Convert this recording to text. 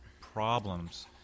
problems